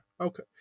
Okay